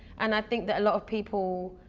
and i think that a lot of people